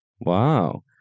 Wow